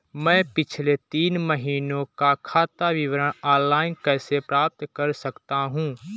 मैं पिछले तीन महीनों का खाता विवरण ऑनलाइन कैसे प्राप्त कर सकता हूं?